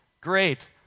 great